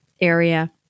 area